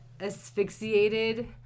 asphyxiated